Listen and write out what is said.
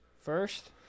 First